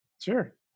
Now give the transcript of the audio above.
sure